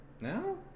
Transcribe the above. No